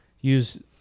use